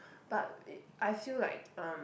but uh I feel like um